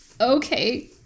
Okay